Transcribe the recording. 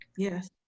Yes